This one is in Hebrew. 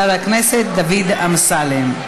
חבר הכנסת דוד אמסלם.